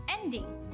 ending